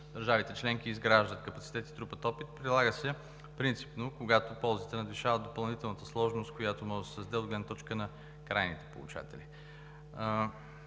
държавите членки изграждат капацитет и трупат опит. Прилага се принципно, когато ползите надвишават допълнителната сложност, която може да се създаде от гледна точка на крайните получатели.